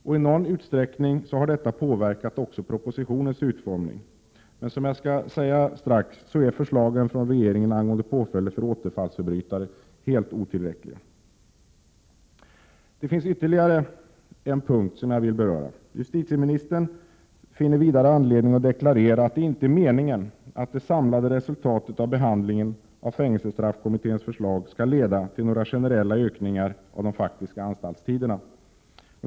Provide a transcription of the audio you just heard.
I någon utsträckning har detta påverkat även propositionens utformning. Men, som jag strax kommer till, förslagen från regeringen angående påföljder för återfallsförbrytare är helt otillräckliga. Det finns ytterligare en punkt som jag vill beröra. Justitieministern finner vidare anledning att deklarera att det inte är meningen att det samlade resultatet av behandlingen av fängelsestraffkommitténs förslag skall leda till några generella förlängningar av de faktiska anstaltstiderna.